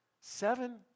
Seven